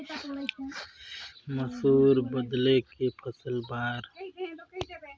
मसुर बदले के फसल बार कोन सा मौसम हवे ठीक रथे?